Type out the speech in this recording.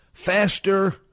Faster